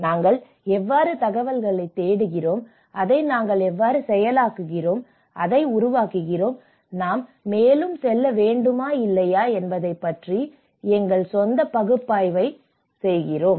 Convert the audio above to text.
நாங்கள் எவ்வாறு தகவல்களைத் தேடுகிறோம் அதை நாங்கள் செயலாக்குகிறோம் அதை உருவாக்குகிறோம் நாம் மேலும் செல்ல வேண்டுமா இல்லையா என்பதைப் பற்றி எங்கள் சொந்த பகுப்பாய்வு செய்கிறோம்